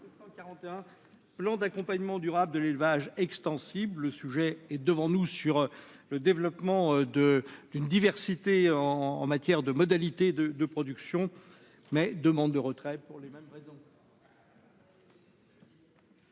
741. Plan d'accompagnement durable de l'élevage extensif, le sujet est devant nous, sur le développement de d'une diversité en en matière de modalité de de production mais demande de retrait pour les mêmes raisons.